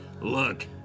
Look